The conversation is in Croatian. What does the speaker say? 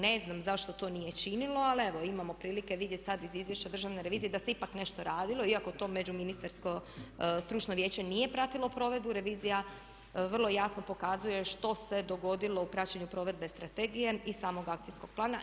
Ne znam zašto to nije činilo, ali evo imamo prilike vidjeti sad iz izvješća Državne revizije da se ipak nešto radilo, iako to Međuministarsko stručno vijeće nije pratilo provedbu revizija vrlo jasno pokazuje što se dogodilo u praćenju provedbe strategije i samog akcijskog plana.